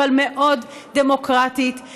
אבל מאוד דמוקרטית,